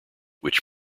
which